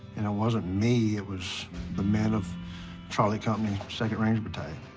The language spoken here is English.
and it wasn't me. it was the men of charlie company, second ranger battalion.